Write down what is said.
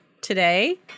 today